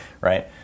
right